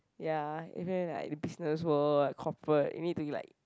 ya even like business world and corporate you need to like